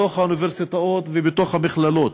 באוניברסיטאות ובמכללות.